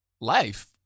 Life